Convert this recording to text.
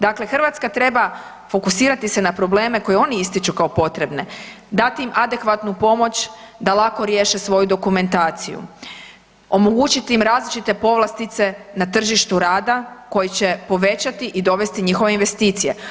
Dakle, Hrvatska treba fokusirati se na probleme koje oni ističu kao potrebne, dat im adekvatnu pomoć da lako riješe svoju dokumentaciju, omogućiti im različite povlastice na tržištu rada koji će povećati i dovesti njihove investicije.